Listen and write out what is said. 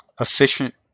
efficient